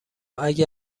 اگه